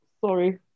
sorry